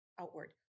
outward